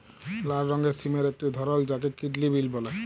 লাল রঙের সিমের একটি ধরল যাকে কিডলি বিল বল্যে